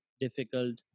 difficult